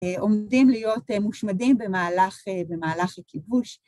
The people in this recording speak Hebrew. עומדים להיות מושמדים במהלך הכיבוש.